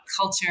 culture